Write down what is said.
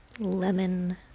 Lemon